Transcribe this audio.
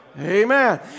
Amen